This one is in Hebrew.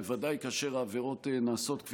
בוודאי כאשר העבירות נעשות על רקע לאומני,